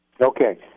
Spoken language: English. Okay